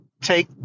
take